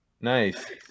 Nice